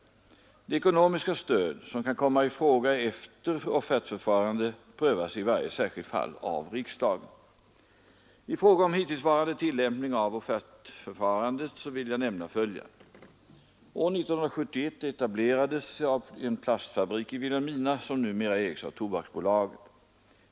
Det ekonomiska stöd som kan komma i fråga efter offertförfarande prövas i varje särskilt fall av riksdagen. I fråga om hittillsvarande tillämpning av offertförfarandet vill jag nämna följande. År 1971 etablerades en plastfabrik i Vilhelmina som numera ägs av Tobaksbolaget.